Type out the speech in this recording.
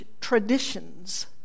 traditions